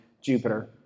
Jupiter